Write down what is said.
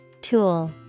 Tool